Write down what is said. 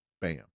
bam